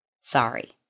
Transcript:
sorry